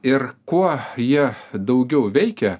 ir kuo jie daugiau veikia